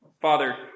Father